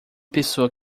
pessoa